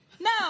No